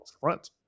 front